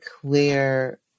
clear